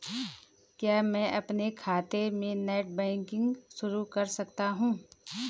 क्या मैं अपने खाते में नेट बैंकिंग शुरू कर सकता हूँ?